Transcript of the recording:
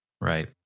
Right